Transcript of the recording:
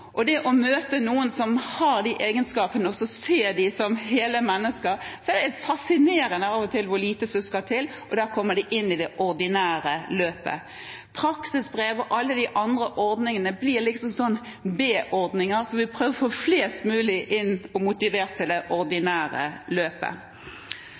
noen som har de egenskapene, og som ser dem som hele mennesker – det er fascinerende av og til hvor lite som skal til – så kommer de inn i det ordinære løpet. Praksisbrev og alle de andre ordningene blir en slags B-ordninger, så vi prøver å få flest mulig inn i og motivert til det